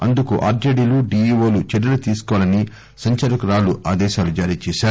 అందుకు ఆర్షేడీలు డీఈవోలు చర్యలు తీసుకోవాలని సంచాలకురాలు ఆదేశించారు